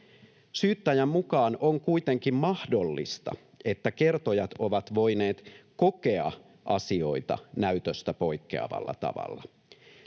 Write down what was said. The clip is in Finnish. Syyttäjän mukaan on kuitenkin mahdollista, että kertojat ovat voineet kokea asioita näytöstä poikkeavalla tavalla.